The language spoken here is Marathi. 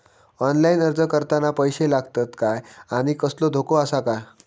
ऑनलाइन अर्ज करताना पैशे लागतत काय आनी कसलो धोको आसा काय?